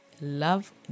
love